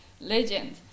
legend